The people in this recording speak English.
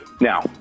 now